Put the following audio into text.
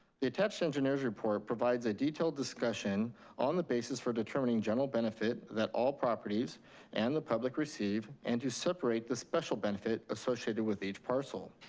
the attached engineer's report provides a detailed discussion on the basis for determining general benefit that all properties and the public receive, and to separate the special benefit benefit associated with each parcel.